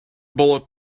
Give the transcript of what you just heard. bullet